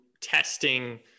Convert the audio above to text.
testing